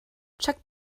check